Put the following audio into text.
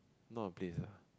not a place lah